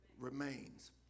remains